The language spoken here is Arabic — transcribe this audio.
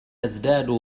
تزداد